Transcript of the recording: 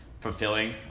Fulfilling